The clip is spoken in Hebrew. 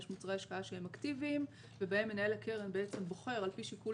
יש מוצרי השקעה שהם אקטיביים ובהם מנהל הקרן בוחר על פי שיקול